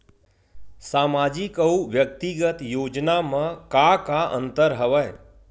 सामाजिक अउ व्यक्तिगत योजना म का का अंतर हवय?